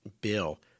bill